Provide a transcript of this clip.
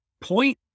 point